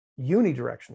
unidirectional